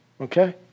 Okay